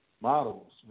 models